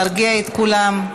להרגיע את כולם.